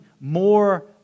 more